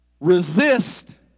Resist